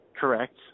Correct